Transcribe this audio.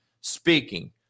speaking